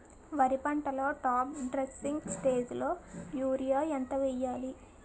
వరి పంటలో top dressing స్టేజిలో యూరియా ఎంత వెయ్యాలి?